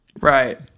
right